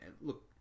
look